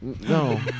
No